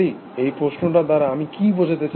এই প্রশ্নটা দ্বারা আমি কি বোঝাতে চাইছি